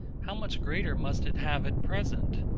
how much greater must it have at present,